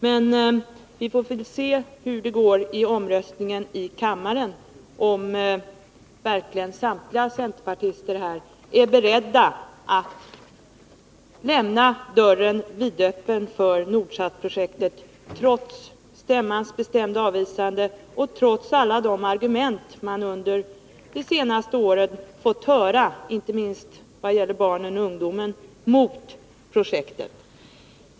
Men vi får väl se hur det går i omröstningen i kammaren, om verkligen samtliga centerpartister här är beredda att lämna dörren vidöppen för Nordsatprojektet, trots stämmans bestämda avvisande och trots alla de argument man under de senaste åren fått höra, inte minst vad gäller barnen och ungdomen, mot projektet.